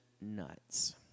nuts